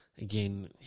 again